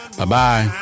Bye-bye